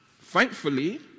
thankfully